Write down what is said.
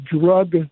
drug